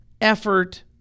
effort